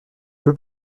peut